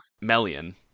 Melian